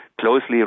closely